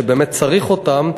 שבאמת צריך אותם,